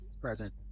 present